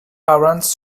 parents